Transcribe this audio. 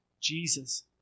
Jesus